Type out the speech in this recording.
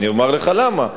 אני אומר לך למה.